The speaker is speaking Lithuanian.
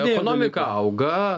ekonomika auga